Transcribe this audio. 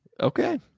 okay